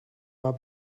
war